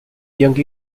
young